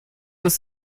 ist